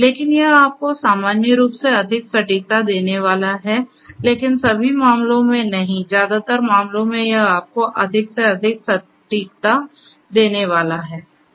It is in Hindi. लेकिन यह आपको सामान्य रूप से अधिक सटीकता देने वाला है लेकिन सभी मामलों में नहीं ज्यादातर मामलों में यह आपको अधिक से अधिक सटीकता देने वाला है